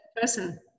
person